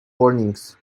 warnings